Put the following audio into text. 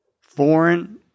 foreign